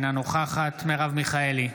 אינה נוכחת מרב מיכאלי,